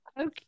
Okay